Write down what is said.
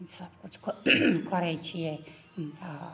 सबकिछु करैत छियै तऽ